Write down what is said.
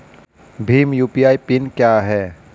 Bhim UPI PIN क्या है?